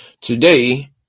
today